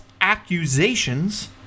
accusations